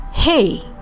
Hey